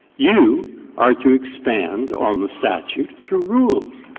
you are to expand on the statute through rules.